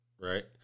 right